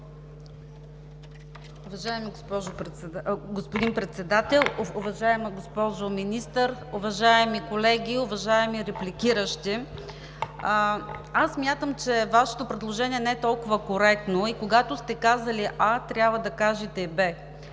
Уважаеми господин Председател, уважаема госпожо Министър, уважаеми колеги! Уважаеми репликиращи, аз смятам, че Вашето предложение не е толкова коректно и когато сте казали „а“, трябва да кажете и